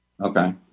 Okay